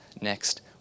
next